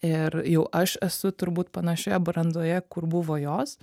ir jau aš esu turbūt panašioje brandoje kur buvo jos